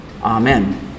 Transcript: amen